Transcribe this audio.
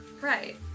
Right